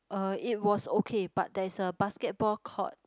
uh it was okay but there is a basketball court